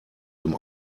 dem